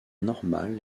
normal